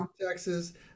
Texas